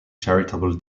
charitable